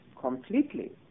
completely